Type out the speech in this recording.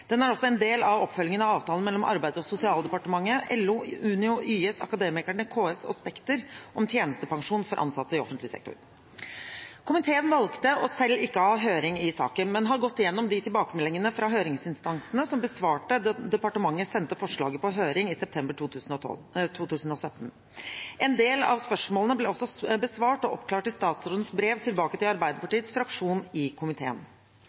Den er også en del av oppfølgingen av avtalen mellom Arbeids- og sosialdepartementet, LO, Unio, YS, Akademikerne, KS og Spekter om tjenestepensjon for ansatte i offentlig sektor. Komiteen valgte selv ikke å ha høring i saken, men har gått igjennom tilbakemeldingene fra høringsinstansene som besvarte disse da departementet sendte forslaget på høring i 2017. En del av spørsmålene ble også besvart og oppklart i statsrådens brev til Arbeiderpartiets fraksjon i komiteen. Når regjeringen kommer tilbake til